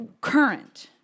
current